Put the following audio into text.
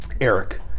Eric